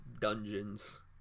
dungeons